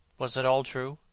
was it all true?